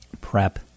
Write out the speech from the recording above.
prep